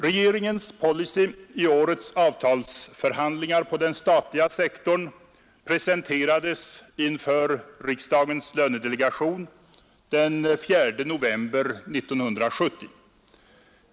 Regeringens policy i årets avtalsförhandlingar på den statliga sektorn presenterades inför riksdagens lönedelegation den 4 november 1970.